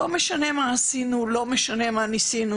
לא משנה מה עשינו, לא משנה מה נסינו.